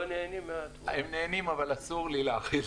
עשינו?